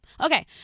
Okay